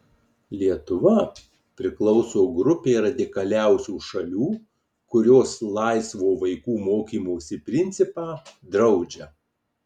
lietuva priklauso grupei radikaliausių šalių kurios laisvo vaikų mokymosi principą draudžia